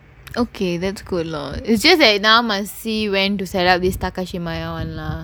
okay that's good lah it's just a now went to set up this takashimaya [one] lah